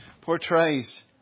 portrays